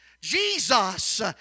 Jesus